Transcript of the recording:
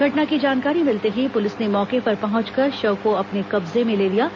घटना की जानकारी मिलते ही पुलिस ने मौके पर पहुंचकर शव को अपने कब्जे में ले लिया है